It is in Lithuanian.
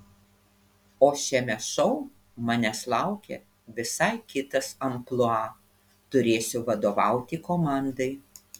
o šiame šou manęs laukia visai kitas amplua turėsiu vadovauti komandai